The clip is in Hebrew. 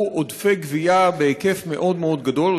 עודפי גבייה בהיקף מאוד מאוד גדול,